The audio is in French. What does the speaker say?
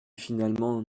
finalement